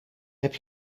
heb